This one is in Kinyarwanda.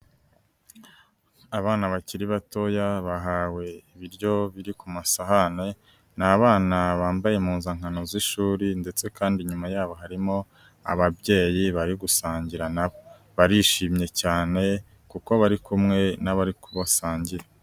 Abana bakiri batoya bahawe ibiryo biri ku masahane, n'abana bambaye impunzankano z'ishuri ndetse kandi inyuma yabo harimo ababyeyi bari gusangira nabo barishimye cyane kuko bari kumwe n'abari kubasangira.